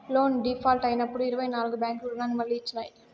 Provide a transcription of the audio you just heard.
loan default అయినప్పుడు ఇరవై నాల్గు బ్యాంకులు రుణాన్ని మళ్లీ ఇచ్చినాయి